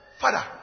Father